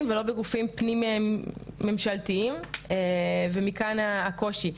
ולא בגופים פנים ממשלתיים ומכאן הקושי.